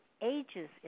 ages